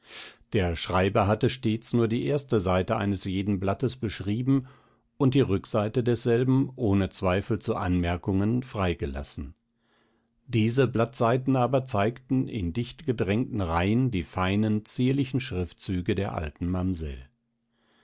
der schreiber hatte stets nur die erste seite eines jeden blattes beschrieben und die rückseite desselben ohne zweifel zu anmerkungen freigelassen diese blattseiten aber zeigten in dichtgedrängten reihen die feinen zierlichen schriftzüge der alten mamsell